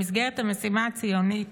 במסגרת המשימה הציונית